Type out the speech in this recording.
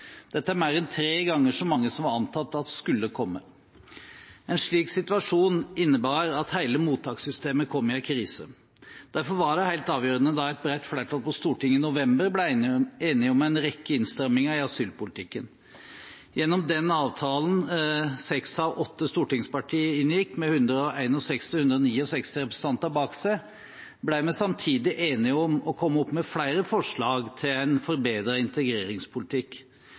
Dette er mer enn tre ganger så mange som man antok skulle komme. En slik situasjon innebar at hele mottakssystemet kom i en krise. Derfor var det helt avgjørende da et bredt flertall på Stortinget i november ble enig om en rekke innstramninger i asylpolitikken. Gjennom den avtalen seks av åtte stortingspartier inngikk med 161 av 169 representanter bak seg, ble vi samtidig enige om å komme opp med flere forslag til en forbedret integreringspolitikk.